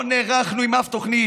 לא נערכנו עם אף תוכנית,